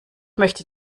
möchte